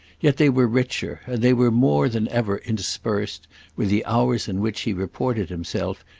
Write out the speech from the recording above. yet they were richer and they were more than ever interspersed with the hours in which he reported himself,